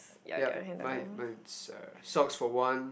yup mine mine socks for one